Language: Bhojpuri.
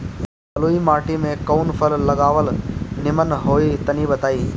बलुई माटी में कउन फल लगावल निमन होई तनि बताई?